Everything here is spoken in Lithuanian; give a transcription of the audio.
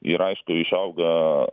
ir aišku išauga